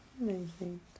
Amazing